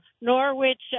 Norwich